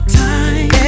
time